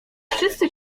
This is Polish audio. wszyscy